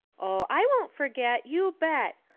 oh, i won't forget, you bet.